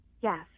Yes